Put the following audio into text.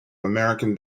american